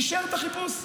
אישר את החיפוש.